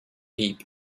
deep